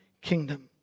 kingdom